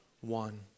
one